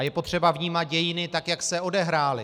Je potřeba vnímat dějiny tak, jak se odehrály.